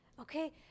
Okay